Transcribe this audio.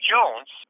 Jones